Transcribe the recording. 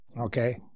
okay